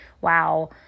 wow